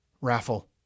Raffle